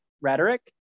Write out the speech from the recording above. rhetoric